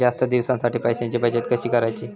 जास्त दिवसांसाठी पैशांची बचत कशी करायची?